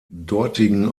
dortigen